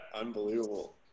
Unbelievable